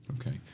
Okay